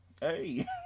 hey